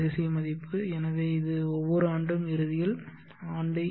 C மதிப்பு எனவே இது ஒவ்வொரு ஆண்டும் இறுதியில் ஆண்டு ஏ